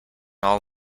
all